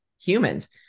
humans